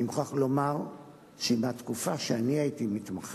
אני מוכרח לומר שמהתקופה שאני הייתי מתמחה,